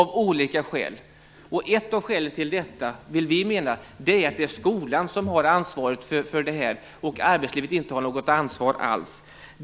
Vi menar att ett av skälen till detta är att skolan har ansvaret medan arbetslivet inte har något ansvar alls.